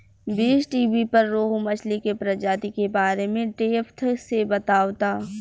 बीज़टीवी पर रोहु मछली के प्रजाति के बारे में डेप्थ से बतावता